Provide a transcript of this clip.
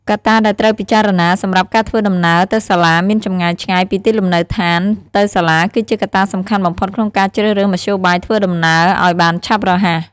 កត្តាដែលត្រូវពិចារណា សម្រាប់ការធ្វើដំណើរទៅសាលាមានចម្ងាយឆ្ងាយពីទីលំនៅដ្ឋានទៅសាលាគឺជាកត្តាសំខាន់បំផុតក្នុងការជ្រើសរើសមធ្យោបាយធ្វើដំណើរឱ្យបានឆាប់រហ័ស។